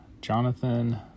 Jonathan